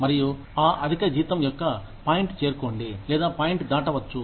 మరియు ఆ అధిక జీతం యొక్క పాయింట్ చేరుకోండి లేదా పాయింట్ దాటవచ్చు